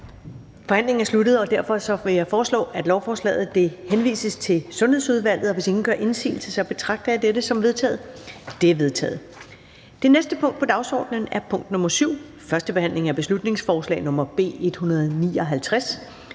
forhandlingen sluttet. Jeg foreslår, at lovforslaget henvises til Sundhedsudvalget. Hvis ingen gør indsigelse, betragter jeg dette som vedtaget. Det er vedtaget. --- Det næste punkt på dagsordenen er: 7) 1. behandling af beslutningsforslag nr. B 159: